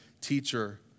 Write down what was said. teacher